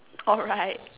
alright